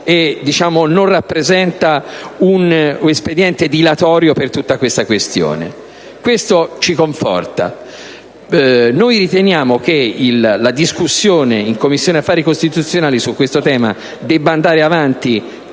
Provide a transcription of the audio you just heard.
e non rappresenta un espediente dilatorio rispetto a tutta la questione. Questo ci conforta. Noi riteniamo che la discussione in Commissione affari costituzionali su questo tema debba procedere con